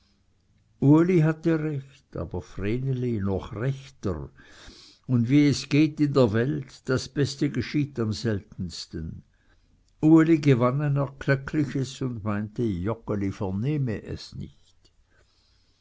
uli hatte recht aber vreneli noch rechter und wie es geht in der welt das beste geschieht am seltensten uli gewann ein erkleckliches und meinte joggeli vernehme es nicht